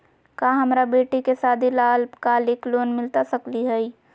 का हमरा बेटी के सादी ला अल्पकालिक लोन मिलता सकली हई?